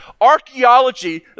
Archaeology